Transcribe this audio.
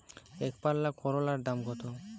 একপাল্লা করলার দাম কত?